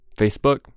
Facebook